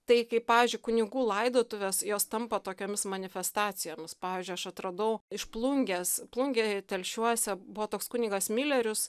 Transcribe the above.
tai kaip pavyzdžiui kunigų laidotuvės jos tampa tokiomis manifestacijoms pavyzdžiui aš atradau iš plungės plungėje telšiuose buvo toks kunigas milerius